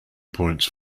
points